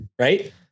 Right